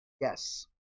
Yes